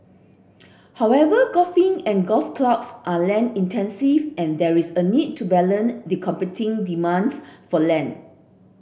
however golfing and golf clubs are land intensive and there is a need to the competing demands for land